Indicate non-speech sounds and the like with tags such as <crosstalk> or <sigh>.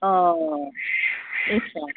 অঁ <unintelligible>